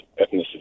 ethnicity